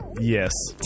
Yes